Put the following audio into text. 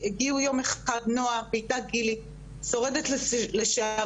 הגיעו יום אחד נועה ואיתה גילי שורדת לשעבר,